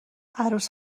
عروس